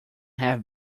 have